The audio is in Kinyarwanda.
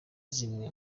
zimwe